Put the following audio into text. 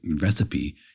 recipe